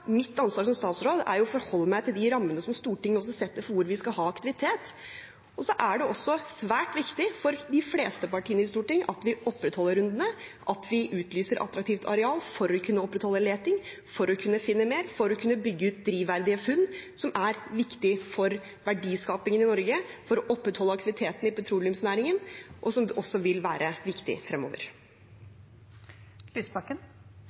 å forholde meg til de rammene som Stortinget setter for hvor vi skal ha aktivitet. Det er også svært viktig for de fleste partiene i Stortinget at vi opprettholder rundene, at vi utlyser attraktive arealer, for å kunne opprettholde leting, for å kunne finne mer, for å kunne bygge ut drivverdige funn, noe som er viktig for verdiskapingen i Norge, for å opprettholde aktiviteten i petroleumsnæringen, som også vil være viktig fremover.